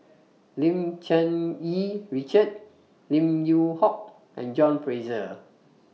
Lim Cherng Yih Richard Lim Yew Hock and John Fraser